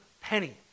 penny